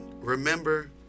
remember